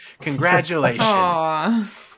Congratulations